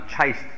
chased